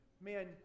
man